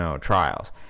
trials